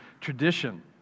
tradition